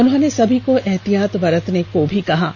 उन्होंने सभी को एहतियात बरतने को भी कहा है